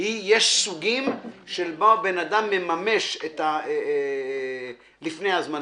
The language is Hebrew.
יש סוגים של מימוש לפני הזמן.